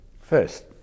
first